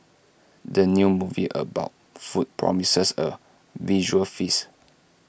the new movie about food promises A visual feast